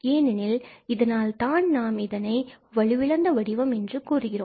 ஏனெனில் இதனால் தான் நாம் இதனை வலுவிழந்த வடிவம் என்று கூறுகிறோம்